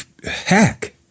hack